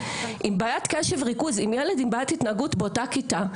בעיית קשב וריכוז עם ילד עם בעיית התנהגות באותה כיתה,